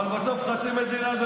תמיד דופקים את